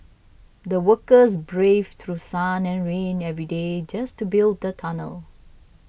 the workers braved through sun and rain every day just to build the tunnel